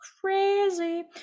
crazy